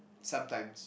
sometimes